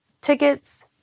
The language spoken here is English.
tickets